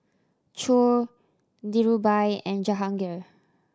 Choor Dhirubhai and Jahangir